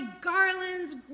garlands